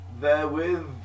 Therewith